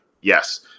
Yes